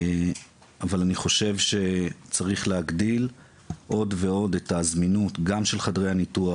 אבל צריך להגדיל עוד ועוד את הזמינות גם של חדרי הניתוח